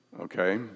okay